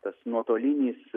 tas nuotolinis